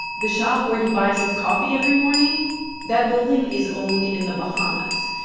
the shop where he buys his coffee every morning that building is owned in the bahamas.